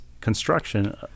construction